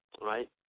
right